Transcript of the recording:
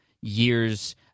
years